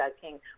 King